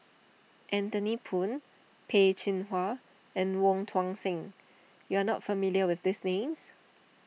Anthony Poon Peh Chin Hua and Wong Tuang Seng you are not familiar with these names